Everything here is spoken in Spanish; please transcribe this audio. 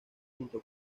junto